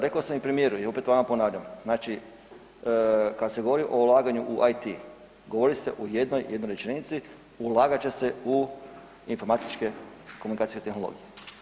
Reko sam i premijeru i opet vama ponavljam, znači kad se govori o ulaganju u IT, govori se u jednoj jedinoj rečenici, ulagat će se u informatičke komunikacije tehnologije.